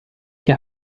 che